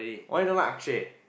why you don't like Akshay